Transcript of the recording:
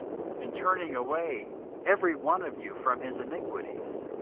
in turning away every one of you from his iniquities.